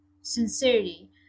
sincerity